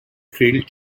trailed